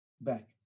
back